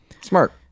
Smart